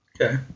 Okay